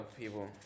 people